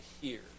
hear